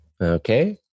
Okay